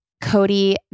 Cody